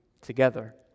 together